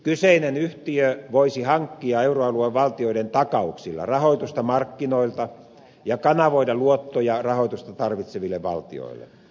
kyseinen yhtiö voisi hankkia euroalueen valtioiden takauksilla rahoitusta markkinoilta ja kanavoida luottoja rahoitusta tarvitseville valtioille